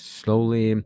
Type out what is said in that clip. slowly